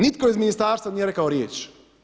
Nitko iz Ministarstva nije rekao riječ.